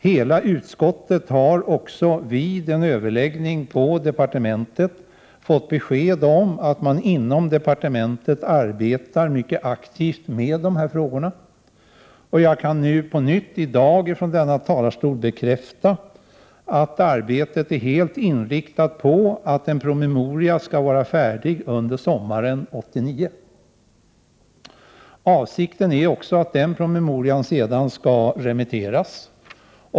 Hela utskottet har också vid en överläggning på departementet fått besked om att man inom departementet arbetar mycket aktivt med frågorna. I dag kan jag från denna talarstol bekräfta att arbetet är helt inriktat på att en promemoria skall vara färdig under sommaren 1989. Avsikten är också att den promemorian skall remitteras.